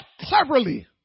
cleverly